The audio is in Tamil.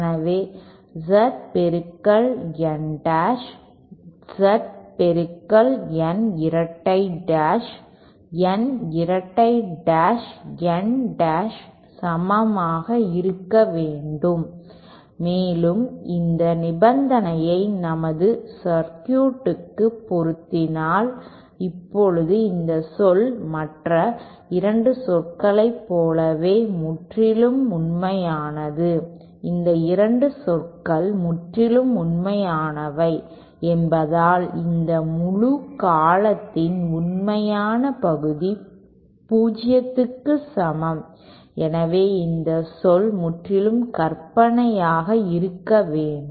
எனவே Z பெருக்கல் N டாஷ் Z பெருக்கல் N இரட்டை டாஷ் N இரட்டை டாஷ் N டாஷ்ன் சமமாக இருக்க வேண்டும் மேலும் இந்த நிபந்தனையை நமது சர்க்யூட்டுக்கு பொருத்தினால் இப்போது இந்த சொல் மற்ற 2 சொற்களைப் போலவே முற்றிலும் உண்மையானது இந்த 2 சொற்கள் முற்றிலும் உண்மையானவை என்பதால் இந்த முழு காலத்தின் உண்மையான பகுதி 0 க்கு சமம் எனவே இந்த சொல் முற்றிலும் கற்பனையாக இருக்க வேண்டும்